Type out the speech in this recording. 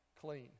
clean